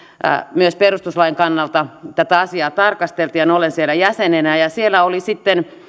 myös perustuslain kannalta tätä asiaa tarkasteltiin olen siellä jäsenenä ja ja siellä oli sitten